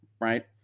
right